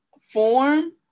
form